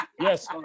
Yes